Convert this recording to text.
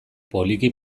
poliki